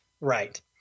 Right